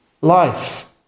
Life